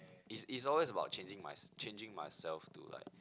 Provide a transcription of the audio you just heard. it's it's always about changing mys~ changing myself to like